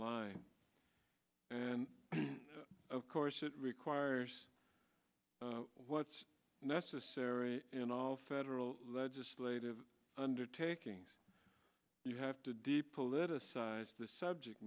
line and of course it requires what's necessary in all federal legislative undertakings you have to deep politicize the subject